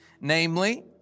namely